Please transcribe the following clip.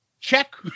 check